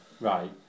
right